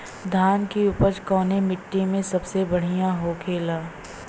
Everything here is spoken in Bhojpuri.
धान की उपज कवने मिट्टी में सबसे बढ़ियां होखेला?